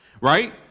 right